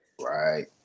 Right